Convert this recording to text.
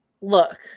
look